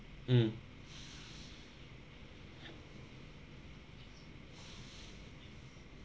mm